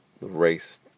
race